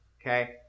Okay